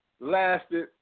lasted